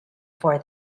for